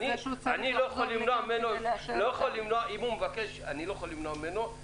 אני לא יכול למנוע ממנו את